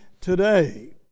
today